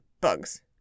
bugs